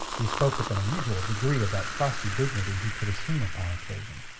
he spoke with an unusual degree of that frosty dignity he could assume upon occasion.